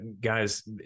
Guys